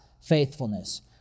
faithfulness